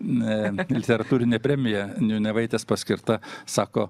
literatūrinė premija niūniavaitės paskirta sako